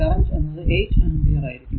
current എന്നത് 8 ampere ആയിരിക്കും